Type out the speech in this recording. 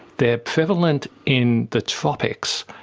they are prevalent in the tropics,